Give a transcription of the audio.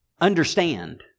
understand